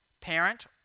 parent